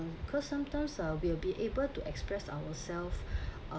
because sometimes ah we'll be able to express ourselves uh